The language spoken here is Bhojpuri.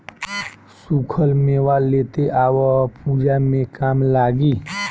सुखल मेवा लेते आव पूजा में काम लागी